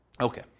Okay